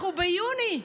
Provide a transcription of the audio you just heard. אנחנו ביוני.